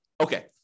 Okay